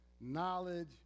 knowledge